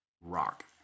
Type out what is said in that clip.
rock